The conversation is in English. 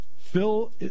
Phil